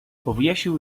powiesił